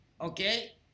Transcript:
Okay